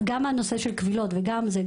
גם הנושא של קבילות וגם זה,